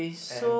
and